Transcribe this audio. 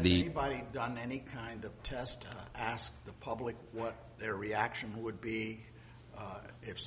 the body on any kind of test ask the public what their reaction would be